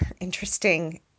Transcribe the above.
interesting